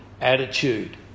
attitude